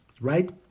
right